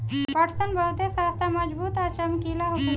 पटसन बहुते सस्ता मजबूत आ चमकीला होखेला